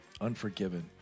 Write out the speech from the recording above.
Unforgiven